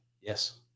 Yes